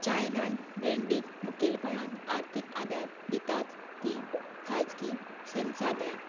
China बँडीक मुखेलपणान अर्थीक आदार दितात तीं खाजगी संसाधनां